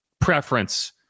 preference